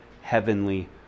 heavenly